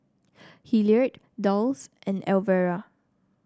Hilliard Dulce and Elvera